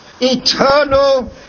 eternal